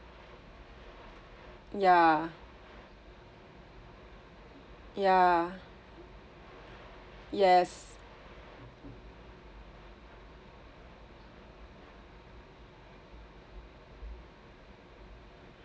yeah yeah yes